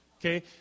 Okay